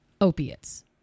opiates